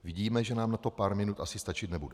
Vidíme, že nám na to pár minut asi stačit nebude.